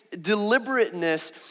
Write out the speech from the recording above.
deliberateness